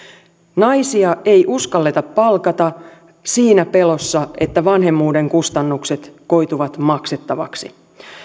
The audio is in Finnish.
naisia ei uskalleta palkata siinä pelossa että vanhemmuuden kustannukset koituvat maksettavaksi